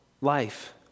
life